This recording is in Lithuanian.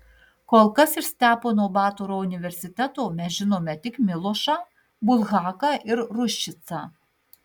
kol kas iš stepono batoro universiteto mes žinome tik milošą bulhaką ir ruščicą